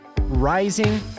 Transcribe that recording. rising